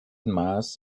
mars